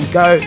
go